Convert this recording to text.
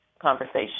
conversation